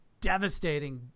devastating